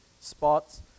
spots